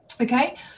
Okay